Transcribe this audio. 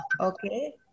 Okay